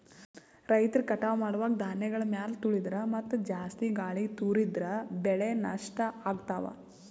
ರೈತರ್ ಕಟಾವ್ ಮಾಡುವಾಗ್ ಧಾನ್ಯಗಳ್ ಮ್ಯಾಲ್ ತುಳಿದ್ರ ಮತ್ತಾ ಜಾಸ್ತಿ ಗಾಳಿಗ್ ತೂರಿದ್ರ ಬೆಳೆ ನಷ್ಟ್ ಆಗ್ತವಾ